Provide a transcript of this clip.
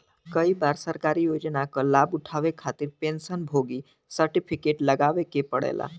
कई बार सरकारी योजना क लाभ उठावे खातिर पेंशन भोगी सर्टिफिकेट लगावे क पड़ेला